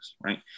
right